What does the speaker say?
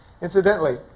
Incidentally